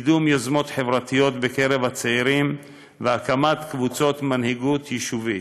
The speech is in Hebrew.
קידום יוזמות חברתיות בקרב הצעירים והקמת קבוצות מנהיגות יישובית.